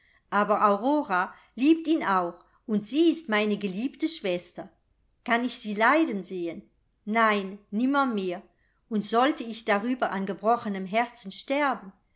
aber aurora liebt ihn auch und sie ist meine geliebte schwester kann ich sie leiden sehen nein nimmermehr und sollte ich darüber an gebrochenem herzen sterben